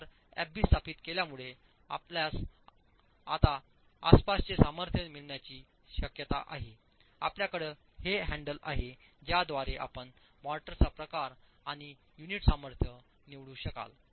तर एफबी स्थापित केल्यामुळे आपल्यासआता आसपासचे सामर्थ्य मिळण्याची शक्यता आहे आपल्याकडे हे हँडल आहे ज्याद्वारे आपण मोर्टारचा प्रकार आणि युनिट सामर्थ्य निवडू शकाल